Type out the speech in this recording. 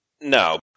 No